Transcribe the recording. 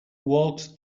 walks